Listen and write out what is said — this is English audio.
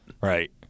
Right